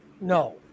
No